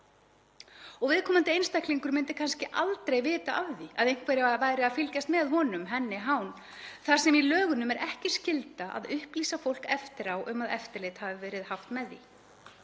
Viðkomandi einstaklingur myndi kannski aldrei vita af því að einhver væri að fylgjast með honum, henni, hán, þar sem í lögunum er ekki skylda að upplýsa fólk eftir á um að eftirlit hafi verið haft með því.